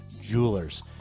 Jewelers